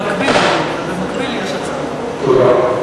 במקביל יש הצעת, תודה.